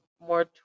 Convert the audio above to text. more